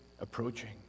approaching